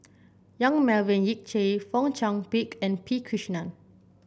Yong Melvin Yik Chye Fong Chong Pik and P Krishnan